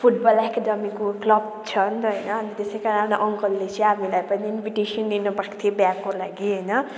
football एकाडेमीको club छन् त होइन अन्त त्यसै कारण अङ्कलले चाहिँ हामीलाई पनि इन्भिटेसन दिनुभएको थियो बिहाको लागि होइन